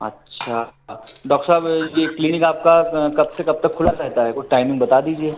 अच्छा डॉक्ट साब ये क्लीनक आपका कब से कब तक खुला रहता है कोई टाइमिंग बता दीजिए